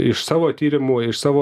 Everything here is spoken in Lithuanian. iš savo tyrimų iš savo